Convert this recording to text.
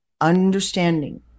Understanding